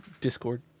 Discord